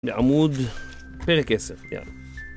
לעמוד פרק 10, יאללה